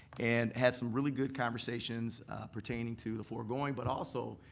and had some really good conversations pertaining to the foregoing. but also,